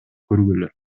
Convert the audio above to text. көргүлө